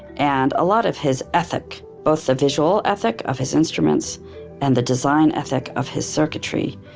and a lot of his ethic, both the visual ethic of his instruments and the design ethic of his circuitry,